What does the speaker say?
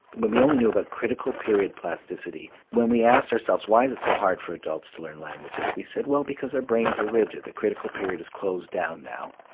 when we only knew about critical period plasticity, when we asked ourselves why is it so hard for adults to learn languages, we said well because their brains are rigid, the critical period has closed down now,